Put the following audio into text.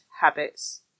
habits